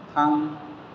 थां